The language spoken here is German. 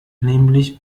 nämlich